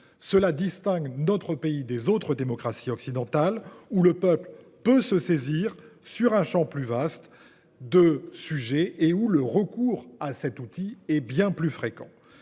Cela distingue notre pays des autres démocraties occidentales, où le peuple peut se saisir d’un champ plus vaste de questions et où le recours à cet outil est bien plus fréquent.